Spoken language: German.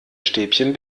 stäbchen